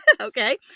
okay